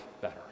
better